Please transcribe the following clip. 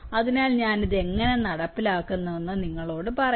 അതിനാൽ ഞാൻ ഇത് എങ്ങനെ ഉടൻ നടപ്പാക്കുമെന്ന് നിങ്ങളോട് പറയാം